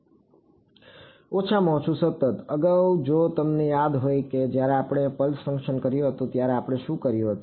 ઓછામાં ઓછું સતત અગાઉ જો તમને યાદ હોય કે જ્યારે આપણે પલ્સ ફંક્શન કર્યું હતું ત્યારે આપણે શું કર્યું હતું